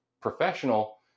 professional